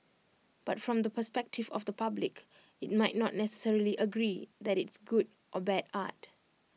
but from the perspective of the public IT might not necessarily agree that it's good or bad art